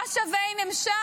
מה שווה אם הם שם?